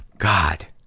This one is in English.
god!